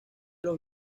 los